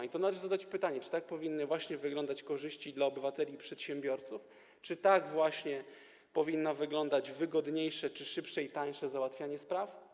I tu należy zadać pytanie: Czy tak powinny wyglądać korzyści dla obywateli, przedsiębiorców, czy tak powinno wyglądać wygodniejsze czy szybsze i tańsze załatwianie spraw?